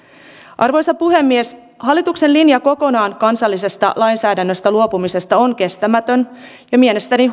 arvoisa puhemies hallituksen linja kokonaan kansallisesta lainsäädännöstä luopumisesta on kestämätön ja mielestäni